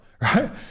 right